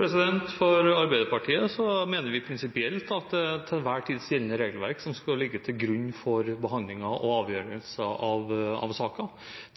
Arbeiderpartiet mener vi prinsipielt at det er det til enhver tid gjeldende regelverk som skal ligge til grunn for behandlingen og avgjørelsen av saker.